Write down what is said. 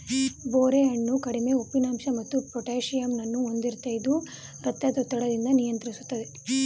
ಬೋರೆ ಹಣ್ಣು ಕಡಿಮೆ ಉಪ್ಪಿನಂಶ ಮತ್ತು ಪೊಟ್ಯಾಸಿಯಮ್ ಹೊಂದಿರ್ತದೆ ಇದು ರಕ್ತದೊತ್ತಡ ನಿಯಂತ್ರಿಸ್ತದೆ